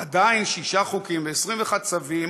עדיין, שישה חוקים ו-21 צווים